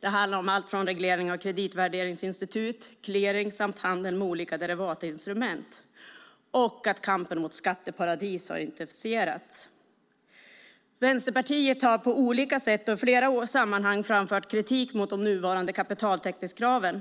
Det handlar om allt från reglering av kreditvärderingsinstitut, clearing och handel med olika derivatinstrument till att kampen mot skatteparadis har intensifierats. Vänsterpartiet har på olika sätt och i flera sammanhang framfört kritik mot de nuvarande kapitaltäckningskraven.